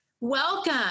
welcome